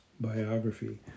biography